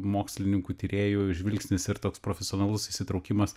mokslininkų tyrėjų žvilgsnis ir toks profesionalus įsitraukimas